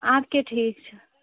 اَدٕ کیٛاہ ٹھیٖک چھُ